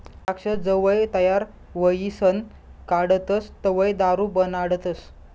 द्राक्ष जवंय तयार व्हयीसन काढतस तवंय दारू बनाडतस